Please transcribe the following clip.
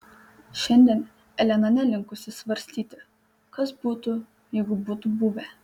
šiandien elena nelinkusi svarstyti kas būtų jeigu būtų buvę